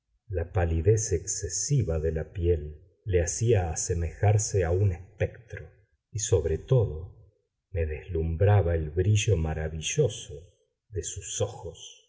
la palidez excesiva de la piel le hacía asemejarse a un espectro y sobre todo me deslumbraba el brillo maravilloso de sus ojos